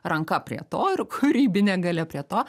ranka prie to ir kūrybinė galia prie to